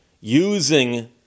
using